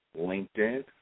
LinkedIn